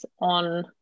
on